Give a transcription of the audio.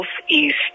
southeast